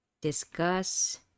discuss